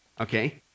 Okay